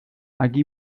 aquí